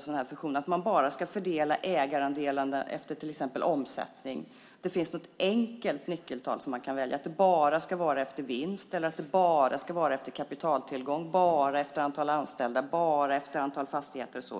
sådan här fusion kan man inte bara fördela ägarandelarna efter till exempel omsättning. Det finns inte något enkelt nyckeltal som man kan välja så att det bara ska vara efter vinst, bara efter kapitaltillgång, bara efter antalet anställda eller bara efter antalet fastigheter.